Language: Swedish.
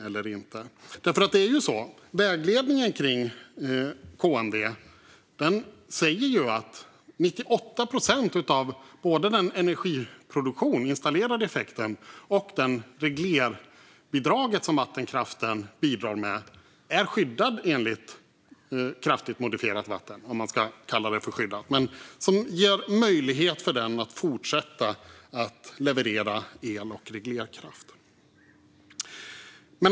Vägledningen när det gäller KMV säger ju att 98 procent av både den energiproduktion - den installerade effekt - och det reglerbidrag som vattenkraften bidrar med är skyddade enligt kraftigt modifierat vatten, om man nu ska kalla det för skyddat. Detta ger möjlighet att fortsätta leverera el och reglerkraft.